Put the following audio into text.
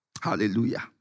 Hallelujah